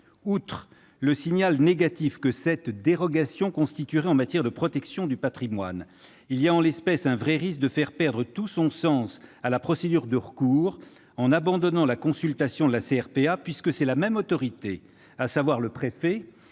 Outre le signal négatif que cette dérogation constituerait en matière de protection du patrimoine, il y a en l'espèce un vrai risque de faire perdre tout son sens à la procédure de recours, en abandonnant la consultation de la CRPA, puisque la même autorité, à savoir le préfet,